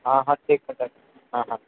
ହଁ ହଁ ଠିକ୍ କଥା ହଁ ହଁ